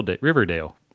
Riverdale